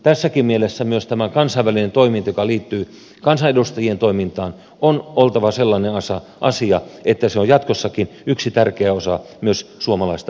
tässäkin mielessä myös tämän kansainvälisen toiminnan joka liittyy kansanedustajien toimintaan on oltava sellainen asia että se on jatkossakin yksi tärkeä osa myös suomalaista ulkopolitiikkaa